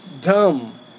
dumb